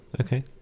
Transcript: Okay